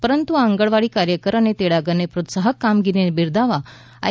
પરંતુ આંગણવાડી કાર્યકર અને તેડાગરની પ્રોત્સાવહક કામગીરીને બિરદાવવા આઈ